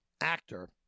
actor